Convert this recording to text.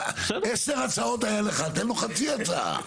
עשר הצעות היו לך, תן לו חצי הצעה.